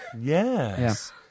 Yes